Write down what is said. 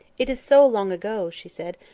it is so long ago, she said.